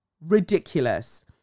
Ridiculous